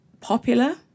popular